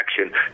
action